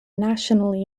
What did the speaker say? nationally